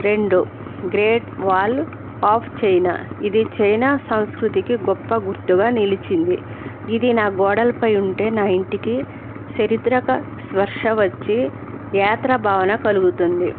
రెండు great wall of China ఇది China సంస్కృతికి గొప్ప గుర్తుగా నిలిచింది ఇది నా గోడలపై ఉంటే నా ఇంటికి చారిత్రిక స్పర్శ వచ్చి యాత్రా భావన కలుగుతుంది